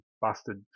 busted